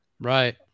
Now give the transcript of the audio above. Right